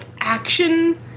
action